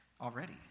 already